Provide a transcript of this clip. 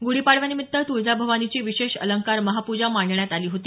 गुढीपाडव्यानिमित्त तुळजाभवानीची विशेष अलंकार महाप्जा मांडण्यात आली होती